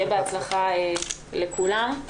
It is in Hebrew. שיהיה בהצלחה לכולם.